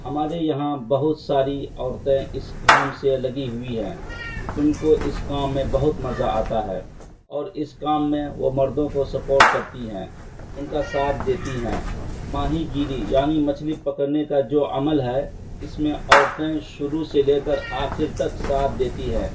ہمارے یہاں بہت ساری عورتیں اس کام سے لگی ہوئی ہیں ان کو اس کام میں بہت مزہ آتا ہے اور اس کام میں وہ مردوں کو سپورٹ کرتی ہیں ان کا ساتھ دیتی ہیں ماہی گیری یعنی مچھلی پکڑنے کا جو عمل ہے اس میں عورتیں شروع سے لے کر آخر تک ساتھ دیتی ہیں